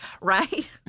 right